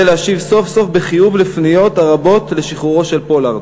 להשיב סוף-סוף בחיוב על הפניות הרבות לשחרורו של פולארד,